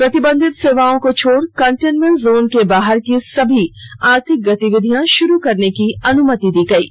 प्रतिबंधित सेवाओं को छोड़ कंटेनमेंट जोन के बाहर की सभी आर्थिक गतिविधियां शुरू करने के लिए अनुमति दी गई है